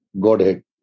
Godhead